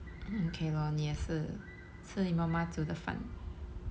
mm K lor 吃你妈妈煮的饭